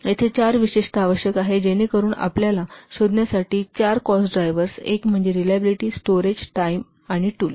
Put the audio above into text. तर येथे चार विशेषता आवश्यक आहेत जेणेकरुन आपल्याला शोधण्यासाठी चार कॉस्ट ड्राइव्हर्स एक म्हणजे रिलायबिलिटी स्टोरेज टाईम आणि टूल